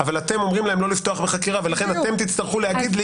אבל אתם אומרים להם לא לפתוח בחקירה ולכן אתם תצטרכו להגיד לי